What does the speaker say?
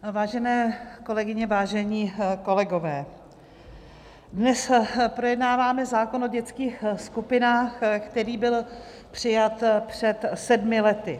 Vážené kolegyně, vážení kolegové, dnes projednáváme zákon o dětských skupinách, který byl přijat před sedmi lety.